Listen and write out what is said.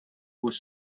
was